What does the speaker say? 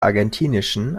argentinischen